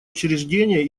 учреждения